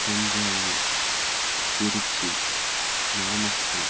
Thanjavur Tiruchi Namakkal